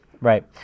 Right